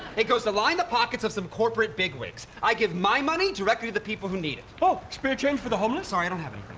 it goes to line the pockets of some corporate bigwigs. i give my money directly to the people who need it. oh, spare change for the homeless? sorry. i don't have anything.